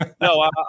No